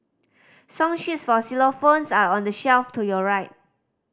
song sheets for xylophones are on the shelf to your right